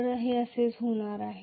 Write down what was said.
तर हे असेच होणार आहे